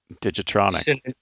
Digitronic